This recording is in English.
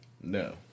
No